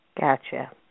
Gotcha